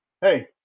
hey